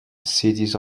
cities